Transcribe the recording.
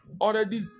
already